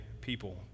people